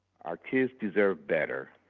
our kids deserve better.